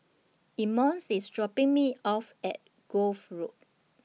Emmons IS dropping Me off At Grove Road